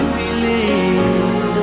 believe